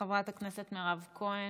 חברת הכנסת מירב כהן,